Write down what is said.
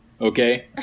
Okay